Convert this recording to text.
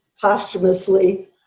posthumously